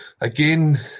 again